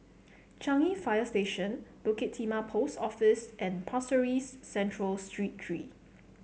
Changi Fire Station Bukit Timah Post Office and Pasir Ris Central Street Three